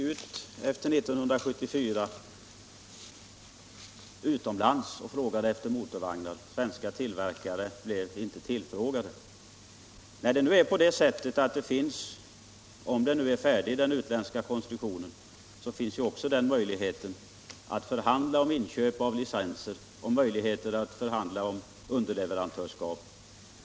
Herr talman! Svenska tillverkare har inte blivit tillfrågade. Om den utländska konstruktionen är färdig, finns ju ändå möjlighet att förhandla om inköp av licenser och möjligheter att förhandla om underleverantörskap.